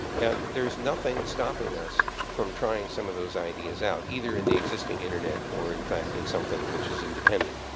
and there's nothing stopping us from trying some of those ideas out, either in the existing internet or, in fact, in something which is independent.